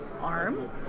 arm